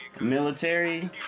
military